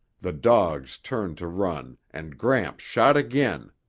the dogs turned to run and gramps shot again,